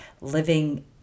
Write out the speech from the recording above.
living